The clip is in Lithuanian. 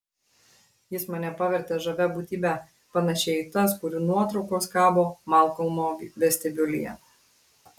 jis mane pavertė žavia būtybe panašia į tas kurių nuotraukos kabo malkolmo vestibiulyje